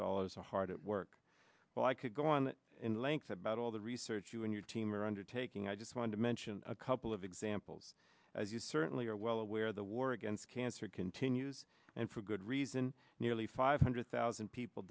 dollars a hard at work well i could go on in length about all the research you and your team are undertaking i just want to mention a couple of examples as you certainly are well aware the war against cancer continues and for good reason nearly five hundred thousand people